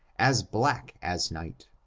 as black as night.